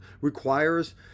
requires